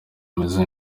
meze